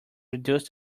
reduce